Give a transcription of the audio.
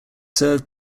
served